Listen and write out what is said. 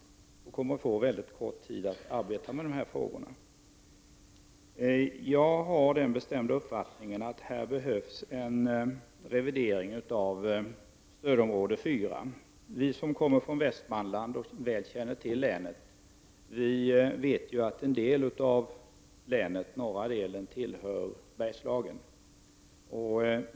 Det betyder att man har mycket kort tid på sig för att arbeta med dessa frågor. Jag har den bestämda uppfattningen att det behövs en revidering av stödområde 4. Vi som kommer från Västmanland och väl känner till länet vet ju att en del av länet, norra delen, tillhör Bergslagen.